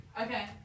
Okay